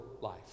life